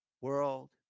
world